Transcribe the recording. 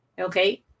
Okay